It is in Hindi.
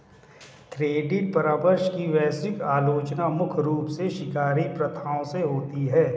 क्रेडिट परामर्श की वैश्विक आलोचना मुख्य रूप से शिकारी प्रथाओं से होती है